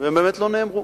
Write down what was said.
והם באמת לא נאמרו.